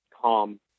calm